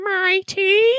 mighty